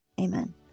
Amen